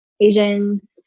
Asian